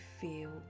feel